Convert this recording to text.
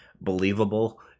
believable